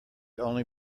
only